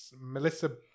Melissa